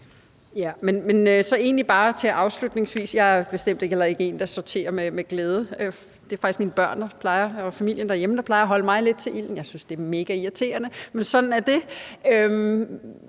jeg ikke er en, der sorterer med glæde. Det er faktisk mine børn og familien derhjemme, der plejer at holde mig lidt til ilden, og jeg synes, det er megairriterende, men sådan er det.